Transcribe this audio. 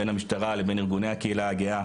בין המשטרה לבין ארגוני הקהילה הגאה,